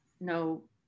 no